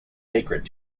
sacred